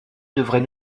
devrait